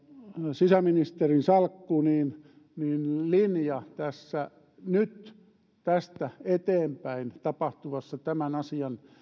sisäministerin salkku hallituksen linja nyt tästä eteenpäin tapahtuvassa tämän asian